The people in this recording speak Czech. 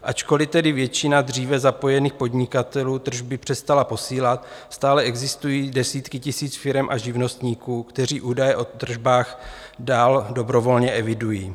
Ačkoli tedy většina dříve zapojených podnikatelů tržby přestala posílat, stále existují desítky tisíc firem a živnostníků, kteří údaje o tržbách dál dobrovolně evidují.